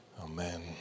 Amen